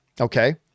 okay